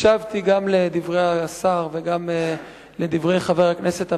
הקשבתי גם לדברי השר וגם לדברי חבר הכנסת המציע.